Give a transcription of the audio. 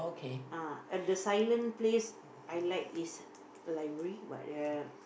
ah uh the silent place I like is library but uh